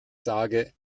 sage